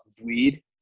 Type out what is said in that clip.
weed